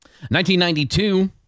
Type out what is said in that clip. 1992